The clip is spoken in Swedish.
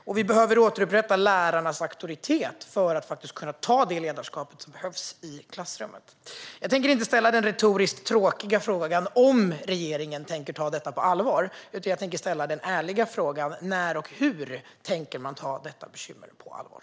Och vi behöver återupprätta lärarnas auktoritet så att de kan ha det ledarskap som behövs i klassrummet. Jag tänker inte ställa den retoriskt tråkiga frågan om regeringen tänker ta detta på allvar, utan jag tänker ställa den ärliga frågan: När och hur tänker man ta detta bekymmer på allvar?